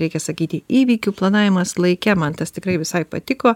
reikia sakyti įvykių planavimas laike man tas tikrai visai patiko